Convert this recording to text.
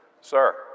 Sir